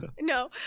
No